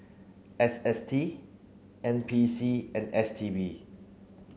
S S T N P C and S T B